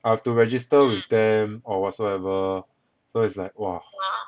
I have to register with them or whatsoever so is like !wah!